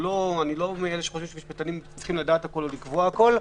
אני לא מאלה שחושבים שמשפטנים צריכים לדעת הכול או לקבוע הכול,